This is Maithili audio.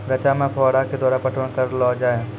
रचा मे फोहारा के द्वारा पटवन करऽ लो जाय?